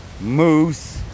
moose